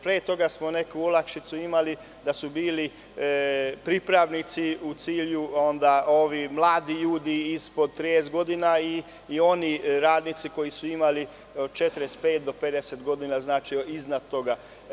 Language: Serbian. Pre toga smo neku olakšicu imali da su bili pripravnici u cilju, ovi mladi ljudi ispod 30 godina i oni radnici koji su imali 45 do 50 godina, znači, iznad toga.